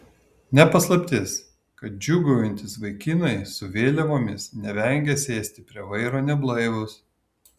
ne paslaptis kad džiūgaujantys vaikinai su vėliavomis nevengia sėsti prie vairo neblaivūs